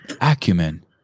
acumen